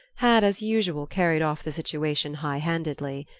had, as usual, carried off the situation high-handedly.